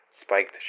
spiked